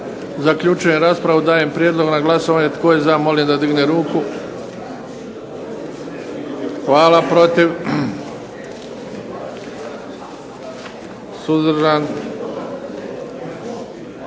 Zaključujem raspravu. Dajem prijedlog na glasovanje. Tko je za molim da digne ruku? Hvala. Protiv? Suzdržan?